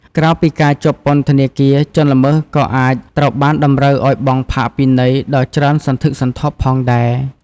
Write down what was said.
ក្រៅពីការជាប់ពន្ធនាគារ ជនល្មើសក៏អាចត្រូវបានតម្រូវឲ្យបង់ ផាកពិន័យ ដ៏ច្រើនសន្ធឹកសន្ធាប់ផងដែរ។